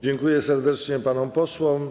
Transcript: Dziękuję serdecznie panom posłom.